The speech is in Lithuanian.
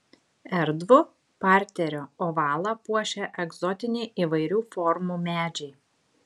erdvų parterio ovalą puošia egzotiniai įvairių formų medžiai